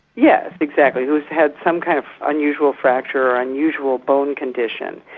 yes exactly, who's had some kind of unusual fracture or unusual bone condition,